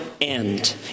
end